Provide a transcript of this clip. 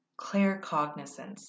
claircognizance